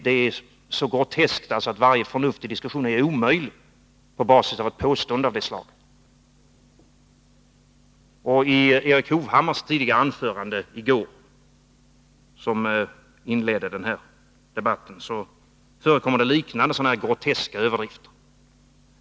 Det är så groteskt att varje förnuftig diskussion på basis av ett påstående av det slaget är omöjlig. I Erik Hovhammars anförande i går, som inledde den här debatten, förekom liknande groteska överdrifter.